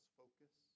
focus